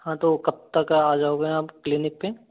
हाँ तो कब तक आ जाओगे आप क्लिनिक पे